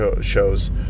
shows